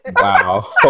Wow